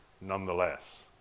nonetheless